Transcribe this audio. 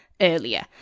earlier